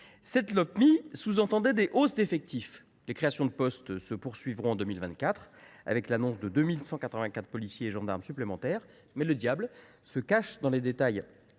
Cette Lopmi sous tendait des hausses d’effectifs. Les créations de postes se poursuivront en 2024 avec l’annonce de 2 184 policiers et gendarmes supplémentaires. Pourtant, le diable se cache dans les détails.